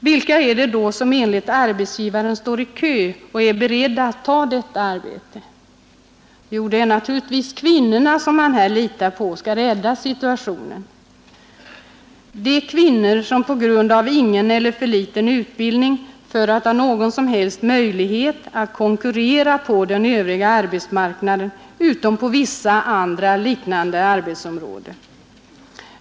Vilka är det då som enligt arbetsgivarna står i kö och är beredda att ta detta arbete? Jo, det är naturligtvis kvinnorna, som skall rädda situationen, de kvinnor som saknar utbildning eller har för liten utbildning för att ha någon som helst möjlighet att konkurrera på den övriga arbetsmarknaden, utom på vissa andra liknande arbetsområden.